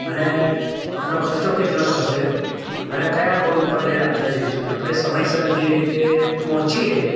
અને એનો ખર્ચો કેટલો થશે અને કયા રોડ ઉપર રહીને આપણે જઈશું આપણે સમયસર જે રીતે પહોંચીએ